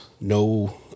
no